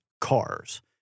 cars